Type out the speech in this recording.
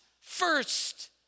first